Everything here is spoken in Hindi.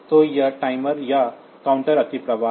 तो यह टाइमर या काउंटर अतिप्रवाह है